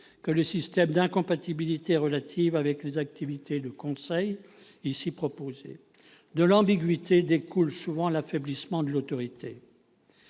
que le système d'incompatibilité relative avec les activités de conseil ici proposé. De l'ambiguïté découle souvent l'affaiblissement de l'autorité.